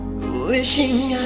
wishing